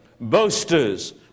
boasters